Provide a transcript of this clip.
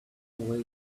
way